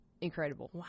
incredible